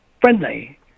friendly